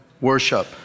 worship